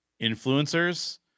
influencers